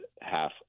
half